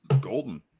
golden